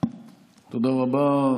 תודה רבה.